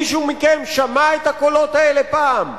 מישהו מכם שמע את הקולות האלה פעם?